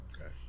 Okay